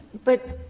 but